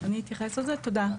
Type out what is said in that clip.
אני אתייחס לזה, תודה.